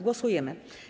Głosujemy.